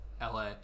LA